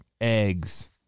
eggs